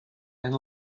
and